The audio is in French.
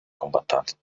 combattantes